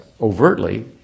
overtly